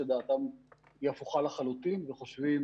שדעתם היא הפוכה לחלוטין וחושבים